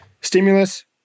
stimulus